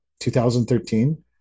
2013